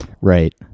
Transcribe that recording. Right